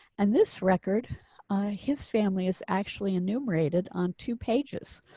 and this record his family is actually enumerated on two pages.